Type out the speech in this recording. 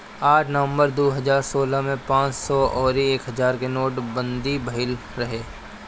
आठ नवंबर दू हजार सोलह में पांच सौ अउरी एक हजार के नोटबंदी भईल रहे